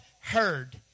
heard